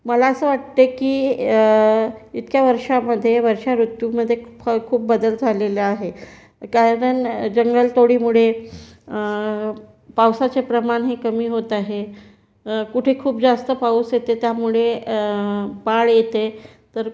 मला असं वाटतंय की इतक्या वर्षांमध्ये वर्षाऋतूमध्ये फ खूप बदल झालेला आहे कारण जंगल तोडीमुळे पावसाचे प्रमाण हे कमी होत आहे कुठे खूप जास्त पाऊस येते त्यामुळे बाढ येते तर